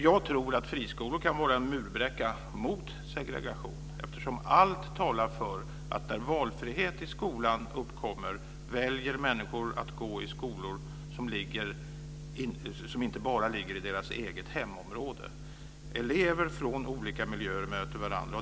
Jag tror att friskolor kan vara en murbräcka mot segregation, eftersom allt talar för att när valfrihet i skolan uppkommer väljer människor skolor som inte enbart ligger i deras eget hemområde. Elever från olika miljöer möter varandra.